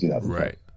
Right